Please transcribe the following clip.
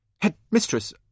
Headmistress